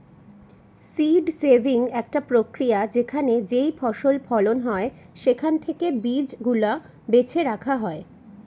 seed saving একটা প্রক্রিয়া যেখানে যেইফসল ফলন হয় সেখান থেকে বীজ গুলা বেছে রাখা হয়